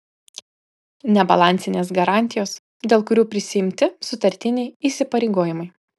nebalansinės garantijos dėl kurių prisiimti sutartiniai įsipareigojimai